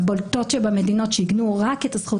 הבולטות שבמדינות שעיגנו רק את הזכות